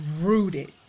rooted